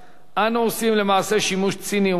אנו עושים למעשה שימוש ציני ומרושע,